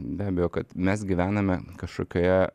be abejo kad mes gyvename kažkokioje